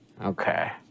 Okay